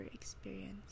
experience